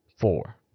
four